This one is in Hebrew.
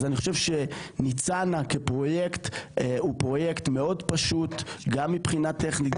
אז אני חושב שניצנה כפרויקט הוא פרויקט מאוד פשוט גם מבחינה טכנית,